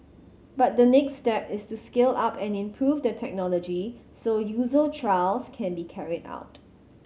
but the next step is to scale up and improve the technology so user trials can be carried out